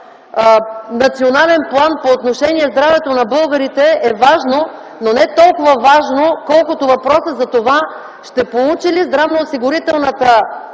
национален план по отношение здравето на българите е важно, но не толкова важно, колкото въпросът за това ще получили ли Националната